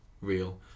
real